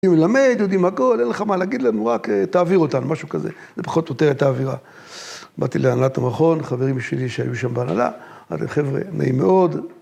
‫אני מלמד, יודעים הכול, ‫אין לך מה להגיד לנו, ‫רק תעביר אותנו, משהו כזה. ‫זה פחות או יותר האווירה. ‫באתי להנהלת המכון, ‫חברים שלי שהיו שם בהנהלה. אמרתי להם חבר'ה, נעים מאוד.